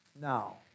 now